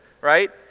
Right